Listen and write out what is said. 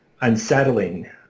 unsettling